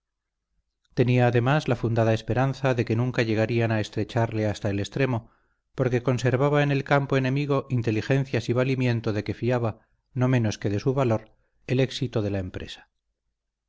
tenía además la fundada esperanza de que nunca llegarían a estrecharle hasta el extremo porque conservaba en el campo enemigo inteligencias y valimiento de que fiaba no menos que de su valor el éxito de la empresa